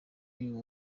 uyu